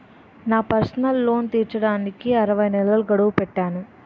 నా personal loan తీర్చడానికి అరవై నెలల గడువు పెట్టాను